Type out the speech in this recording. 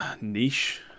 niche